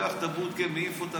לוקח את הבודקה, מעיף אותו מכאן.